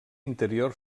interior